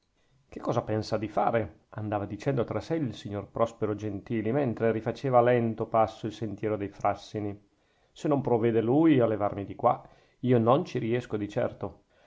che cosa pensa di fare andava dicendo tra sè il signor prospero gentili mentre rifaceva a lento passo il sentiero dei frassini se non provvede lui a levarmi di qua io non ci riesco di certo